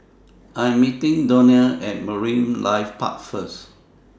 I Am meeting Donnell At Marine Life Park First